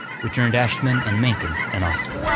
which earned ashman and menken an oscar.